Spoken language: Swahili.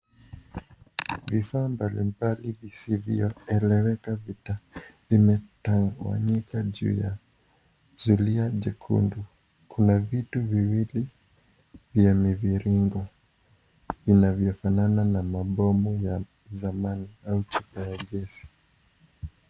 Vifaa mbalimbali visivyoeleweka vimetawanyika juu ya zulia jekundu, kuna vitu viwili vya mviringo vinavyofanana na mabomu ya zamani au chupa ya gesi.